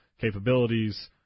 capabilities